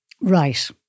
Right